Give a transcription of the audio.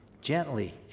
gently